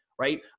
right